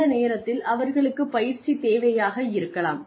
அந்த நேரத்தில் அவர்களுக்குப் பயிற்சி தேவையாக இருக்கலாம்